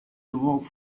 awoke